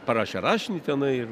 parašė rašinį tenai ir